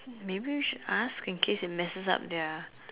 maybe we should ask in case it messes up their